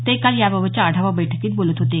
ते काल याबाबतच्या आढावा बैठकीत बोलत होते